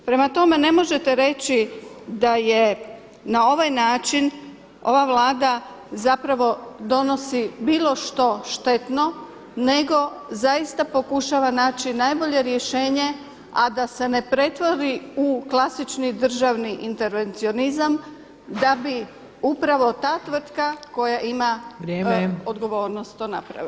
Prema tome, ne možete reći da je na ovaj način ova Vlada donosi bilo što štetno nego zaista pokušava naći najbolje rješenje, a da se ne pretvori u klasični državni intervencionizam da bi upravo ta tvrtka [[Upadica Opačić: Vrijeme.]] koja ima odgovornost to napraviti.